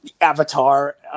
avatar